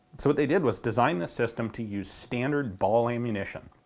so what they did was design the system to use standard ball ammunition.